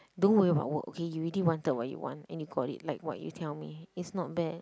don't worry about work okay you really wanted what you want and you got it like what you tell me it's not bad